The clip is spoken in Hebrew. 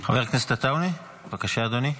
חבר הכנסת עטאונה, בבקשה, אדוני.